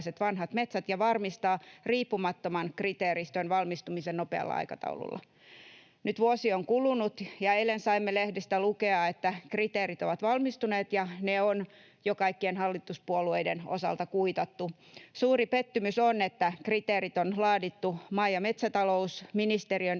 ja varmistaa riippumattoman kriteeristön valmistumisen nopealla aikataululla. Nyt vuosi on kulunut, ja eilen saimme lehdistä lukea, että kriteerit ovat valmistuneet ja ne on jo kaikkien hallituspuolueiden osalta kuitattu. Suuri pettymys on, että kriteerit on laadittu maa- ja metsätalousministeriön